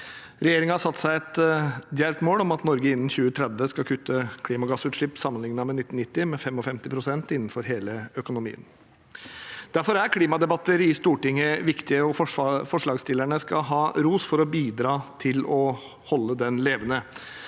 Regjeringen har satt seg et djervt mål om at Norge innen 2030 skal kutte klimagassutslipp med 55 pst. sammenlignet med 1990-nivå, innenfor hele økonomien. Derfor er klimadebatter i Stortinget viktige, og forslagsstillerne skal ha ros for å bidra til å holde dem levende.